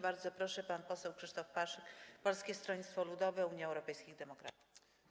Bardzo proszę, pan poseł Krzysztof Paszyk, Polskie Stronnictwo Ludowe - Unia Europejskich Demokratów.